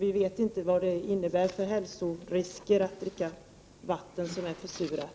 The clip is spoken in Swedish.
Vi vet inte vad det innebär för hälsorisker att dricka vatten som är försurat.